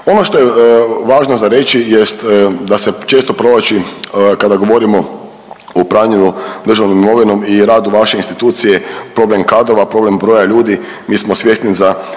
Ono što je važno za reći jest da se često provlači kada govorimo o upravljanju državnom imovinom i radu vaše institucije problem kadrova, problem broja ljudi. Mi smo svjesni za